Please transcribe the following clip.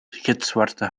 gitzwarte